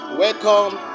welcome